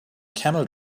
camel